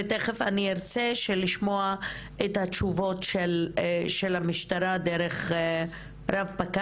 ותכף אני ארצה לשמוע את התשובות של המשטרה דרך רפ"ק